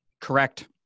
correct